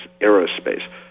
aerospace